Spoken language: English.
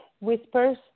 Whispers